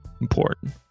important